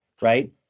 right